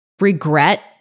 regret